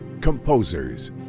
Composers